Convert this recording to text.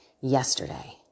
yesterday